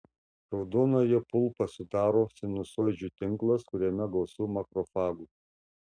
raudonąją pulpą sudaro sinusoidžių tinklas kuriame gausu makrofagų